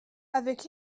avec